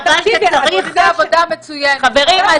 הבעיה שצריך --- חברים,